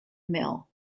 mill